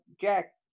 Jack